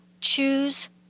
choose